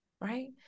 right